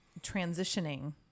transitioning